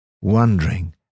wondering